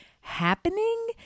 happening